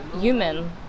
human